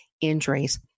injuries